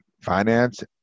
finance